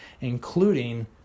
including